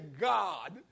God